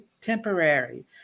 temporary